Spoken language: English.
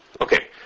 Okay